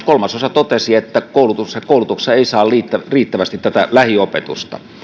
kolmasosa totesi että koulutuksessa koulutuksessa ei saa riittävästi lähiopetusta